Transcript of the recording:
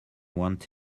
want